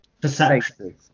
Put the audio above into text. perception